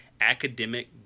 academic